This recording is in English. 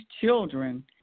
children